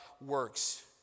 works